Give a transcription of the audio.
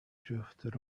drifted